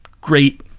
great